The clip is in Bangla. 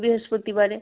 বৃহস্পতিবারে